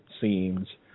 scenes